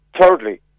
Thirdly